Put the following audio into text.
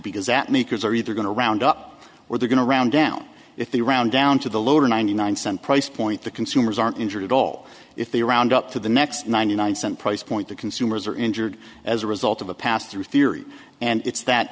because that makers are either going to round up we're going to round down if the round down to the lower ninety nine cent price point the consumers aren't injured at all if the round up to the next ninety nine cent price point that consumers are injured as a result of a pass through theory and it's that